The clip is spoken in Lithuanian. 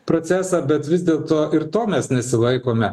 procesą bet vis dėlto ir to mes nesilaikome